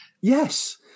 Yes